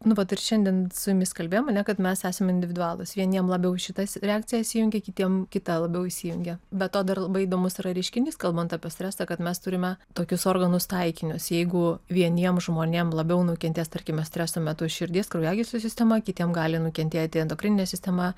nu vat ir šiandien su jumis kalbėjom ar ne kad mes esam individualūs vieniem labiau šita reakcija įsijungia kitiem kita labiau įsijungia be to dar labai įdomus yra reiškinys kalbant apie stresą kad mes turime tokius organus taikinius jeigu vieniem žmonėm labiau nukentės tarkime streso metu širdies kraujagyslių sistema kitiem gali nukentėti endokrininė sistema